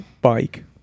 bike